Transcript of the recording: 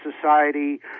Society